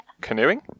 Canoeing